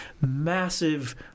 massive